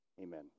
Amen